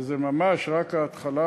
וזו ממש רק ההתחלה.